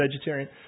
vegetarian